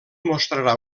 mostrarà